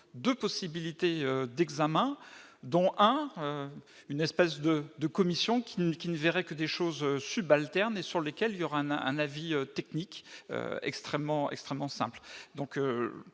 2 possibilités d'examens dont un, une espèce de de commissions qui ne qui ne verrait que des choses subalternes et sur lesquels il y aura un un avis technique extrêmement,